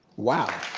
wow.